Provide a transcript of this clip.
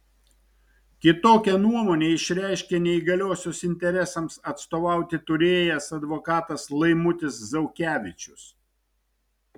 kitokią nuomonę išreiškė neįgaliosios interesams atstovauti turėjęs advokatas laimutis zaukevičius